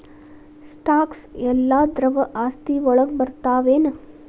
Stocks ಯೆಲ್ಲಾ ದ್ರವ ಆಸ್ತಿ ವಳಗ್ ಬರ್ತಾವೆನ?